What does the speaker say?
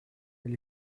elle